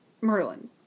Merlin